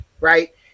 right